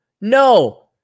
No